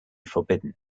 forbidden